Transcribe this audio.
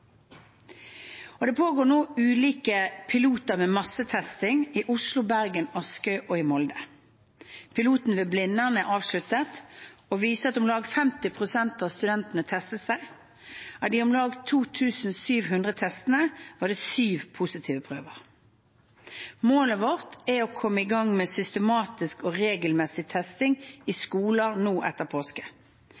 Det pågår nå ulike piloter med massetesting i Oslo, Bergen, Askøy og Molde. Piloten ved Blindern er avsluttet og viste at om lag 50 pst. av studentene testet seg. Av de om lag 2 700 testene var det 7 positive prøver. Målet vårt er å komme i gang med systematisk og regelmessig testing i